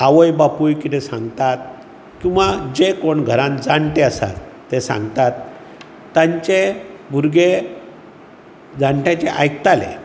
आवय बापूय किते सांगतात किंवा घरांत जे कोण जाण्टे आसात ते सांगतात तांचे भुरगे जाणट्यांचे आयकताले